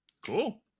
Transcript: Cool